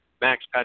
Max